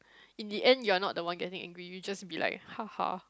in the end you are not the one getting angry we just be like